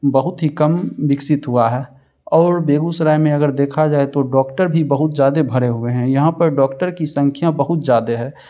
बहुत ही कम विकसित हुआ है और बेगूसराय में अगर देखा जाए तो डॉक्टर भी बहुत ज्यादे भरे हुए हैं यहाँ पर डॉक्टर की संख्या बहुत ज़्यादा है